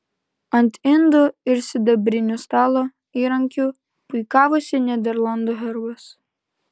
ant indų ir sidabrinių stalo įrankių puikavosi nyderlandų herbas